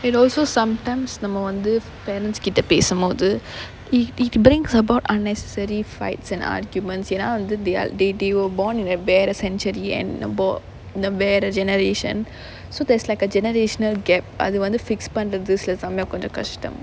and also sometimes நம்ம வந்து:namma vanthu parents கிட்ட பேசும்போது:kitta pesumpothu i~ it brings about unnecessary fights and arguments ஏன்னா வந்து:yaennaa vanthu the~ they they were born in a வேற:vera century and நம்ம வேற:namma vera generation so there's like a generational gap அது வந்து:athu vanthu fix பண்றது சில சமயம் கொஞ்ச கஷ்டம்:pandrathu sila konja kashtam